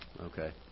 Okay